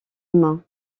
main